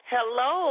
Hello